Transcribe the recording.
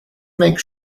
make